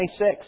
26